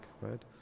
right